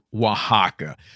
Oaxaca